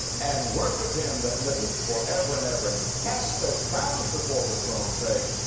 and worship him that liveth for ever and ever, and cast their crowns before the throne saying,